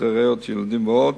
תפקודי ריאות אצל ילדים ועוד,